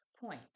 point